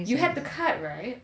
you have to cut right